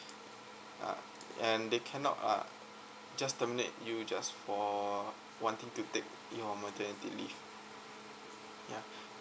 uh and they cannot uh just terminate you just for wanting to take your maternity leave ya